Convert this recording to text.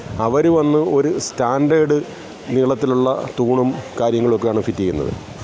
അവർ വന്ന് ഒരു സ്റ്റാൻഡേർഡ് നീളത്തിലുള്ള തൂണും കാര്യങ്ങളൊക്കെയാണ് ഫിറ്റ് ചെയ്യുന്നത്